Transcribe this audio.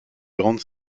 grandes